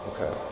Okay